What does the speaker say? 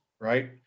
right